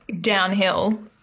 downhill